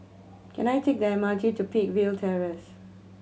can I take the M R T to Peakville Terrace